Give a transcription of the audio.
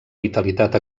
vitalitat